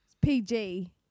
PG